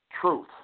truth